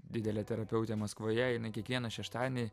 didelė terapeutė maskvoje jinai kiekvieną šeštadienį